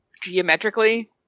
geometrically